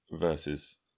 Versus